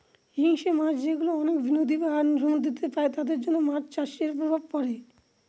হিংস্র মাছ যেগুলা অনেক নদী আর সমুদ্রেতে পাই তাদের জন্য মাছ চাষের প্রভাব পড়ে